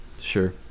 sure